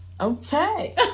Okay